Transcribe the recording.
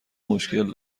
مشکل